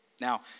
Now